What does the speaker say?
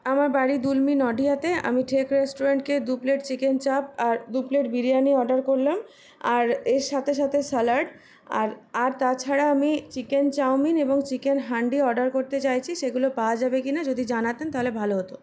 আমার বাড়ি দুলমি নডিহাতে আমি ঠেক রেস্টুরেন্টকে দু প্লেট চিকেন চাপ আর দু প্লেট বিরিয়ানি অর্ডার করলাম আর এর সাথে সাথে স্যলাড আর আর তাছাড়া আমি চিকেন চাউমিন এবং চিকেন হান্ডি অর্ডার করতে চাইছি সেগুলো পাওয়া যাবে কি না যদি জানাতেন তাহলে ভালো হত